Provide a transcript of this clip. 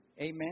Amen